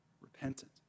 Repentant